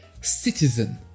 Citizen